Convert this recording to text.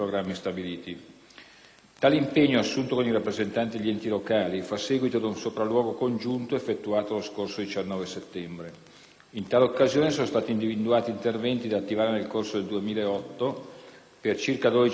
Tale impegno, assunto con i rappresentanti degli enti locali, fa seguito ad un sopralluogo congiunto effettuato lo scorso 19 settembre. In tale occasione sono stati individuati interventi da attivare nel corso del 2009 per circa 12 milioni di euro,